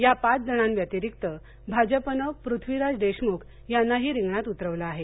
या पाच जणांव्यतिरिक्त भाजपनं पृथ्वीराज देशमुख यांनाही रिंगणात उतरबलं आहे